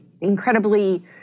incredibly